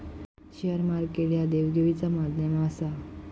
share market ह्या देवघेवीचा माध्यम आसा